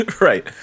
right